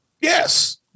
Yes